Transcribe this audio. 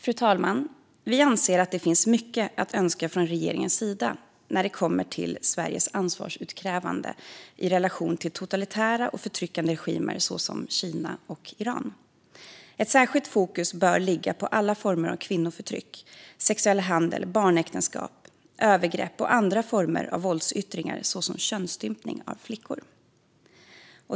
Fru talman! Vi anser att det finns mycket att önska från regeringens sida när det gäller Sveriges ansvarsutkrävande i relation till totalitära och förtryckande regimer som Kina och Iran. Särskilt fokus bör ligga på alla former av kvinnoförtryck, sexuell handel, barnäktenskap, övergrepp och andra former av våldsyttringar såsom könsstympning av flickor.